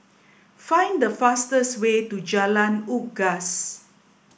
find the fastest way to Jalan Unggas